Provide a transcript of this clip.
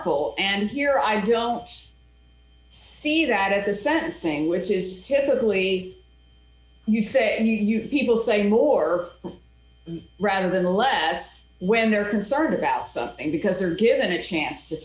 article and here i don't see that at the sentencing which is typically you say you people say more rather than less when they're concerned about something because they're given a chance to